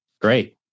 Great